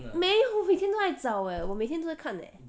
没有我每天都在找 eh 我每天都在看 eh